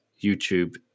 YouTube